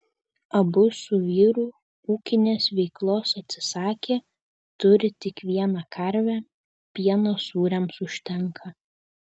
abu su vyru ūkinės veiklos atsisakė turi tik vieną karvę pieno sūriams užtenka